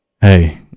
hey